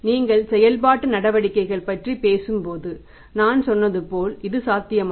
நீங்கள் செயல்பாட்டு நடவடிக்கைகள் பற்றி பேசும்போது நான் சொன்னது போல் இது சாத்தியமாகும்